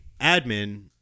admin